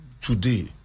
today